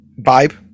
vibe